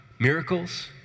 Miracles